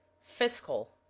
Fiscal